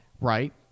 right